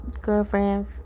girlfriend